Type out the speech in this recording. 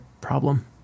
problem